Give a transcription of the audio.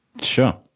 Sure